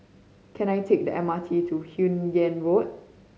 can I take the M R T to Hun Yeang Road